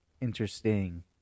interesting